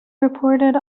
reported